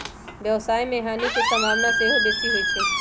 व्यवसाय में हानि के संभावना सेहो बेशी होइ छइ